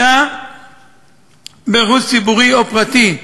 פגיעה ברכוש ציבורי או פרטי,